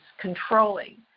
controlling